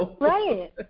Right